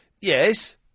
Yes